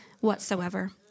whatsoever